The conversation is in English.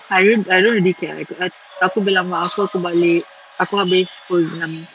I don't I don't really care I aku bilang mak aku aku balik aku habis pukul enam